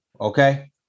okay